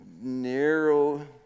narrow